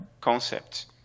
concepts